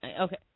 Okay